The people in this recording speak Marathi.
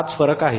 हाच फरक आहे